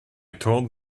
taught